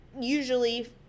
usually